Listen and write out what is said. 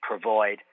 provide